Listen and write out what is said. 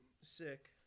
sick